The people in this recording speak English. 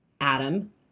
Adam